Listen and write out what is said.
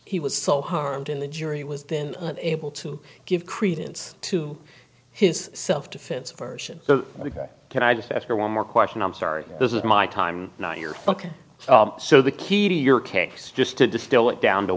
he was so harmed in the jury was then able to give credence to his self defense version so can i just after one more question i'm sorry this is my time not here ok so the key to your case just to distill it down to